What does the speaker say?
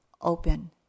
open